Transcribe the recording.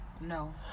No